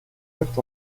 perte